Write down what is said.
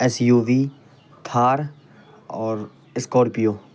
S U V Thar اور Scorpio